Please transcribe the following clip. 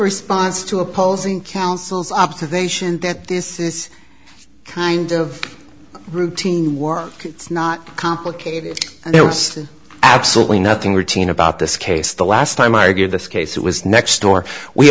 response to opposing counsel's observation that this is kind of routine work it's not complicated and there was absolutely nothing routine about this case the last time i argued this case it was next door we